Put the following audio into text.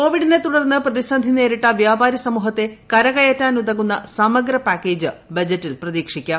കോവിഡിനെതുടർന്ന് പ്രതിസന്ധിനേരിട്ട വ്യാപാരി സമൂഹത്തെ കരകയറ്റാനുതകുന്ന സമഗ്രപാക്കേജ് ബജറ്റിൽ പ്രതീക്ഷിക്കാം